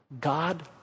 God